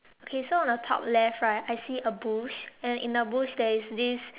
okay so on the top left right I see a bush and in a bush there is this